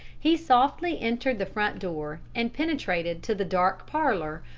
he softly entered the front door and penetrated to the dark parlor,